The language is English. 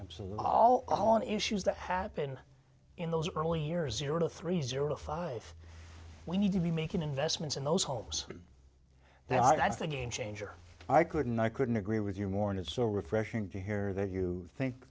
absolutely all on issues that happen in those early years in order three zero to five we need to be making investments in those homes now that's the game changer i couldn't i couldn't agree with you more and it's so refreshing to hear that you think